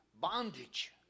bondage